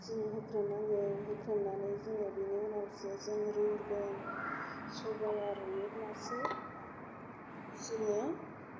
जों होख्रेम नांगौ होख्रेमनानै जोङो बिनि उनावसो जोङो रुगोन सबाइया रुइयोब्लासो जोङो